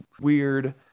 weird